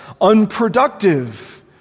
unproductive